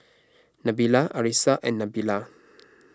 Nabila Arissa and Nabila